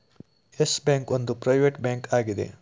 Yes Bank ಒಂದು private bank ಆಗಿದೆ